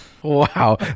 Wow